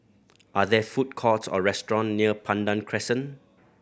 are there food courts or restaurants near Pandan Crescent